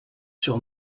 sur